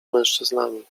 mężczyznami